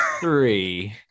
three